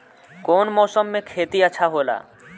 कौन मौसम मे खेती अच्छा होला?